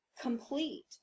complete